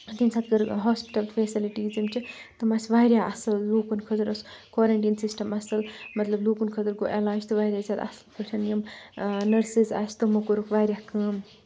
تَمہِ ساتہٕ کٔرٕکھ ہاسپِٹَل فیسَلٹیٖز یِم چھِ تِم آسہِ واریاہ اَصٕل لوٗکَن خٲطرٕ اوس کورَنٹیٖن سِسٹَم اَصٕل مطلب لوٗکَن خٲطرٕ گوٚو علاج تہٕ واریاہ زیادٕ اَصٕل پٲٹھۍ یِم نٔرسٕز آسہِ تِمو کوٚرُکھ واریاہ کٲم